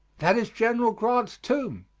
that is general grant's tomb.